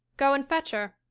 go and fetch her.